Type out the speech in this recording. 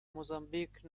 mozambique